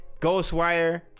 Ghostwire